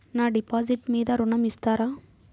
నా డిపాజిట్ మీద ఋణం ఇస్తారా?